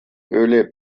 öle